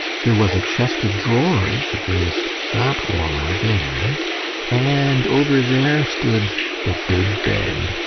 there was a chest of drawers against that wall there and over there stood the big bed.